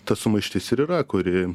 ta sumaištis ir yra kuri